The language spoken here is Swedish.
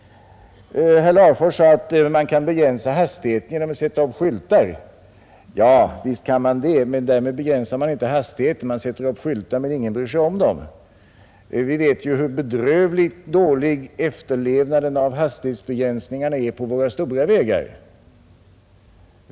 Herr Larfors sade att man kan begränsa hastigheten genom att sätta upp skyltar. Ja, visst kan man sätta upp skyltar, men därmed begränsar man inte hastigheten. Inte många bryr sig om skyltarna. Vi vet ju hur bedrövligt dålig efterlevnaden av hastighetsbegränsningarna är på våra stora vägar.